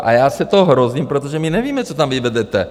A já se toho hrozím, protože my nevíme, co tam vyvedete.